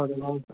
அப்படிங்களா